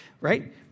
right